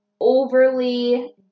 overly